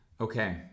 Okay